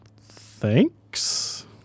Thanks